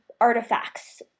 artifacts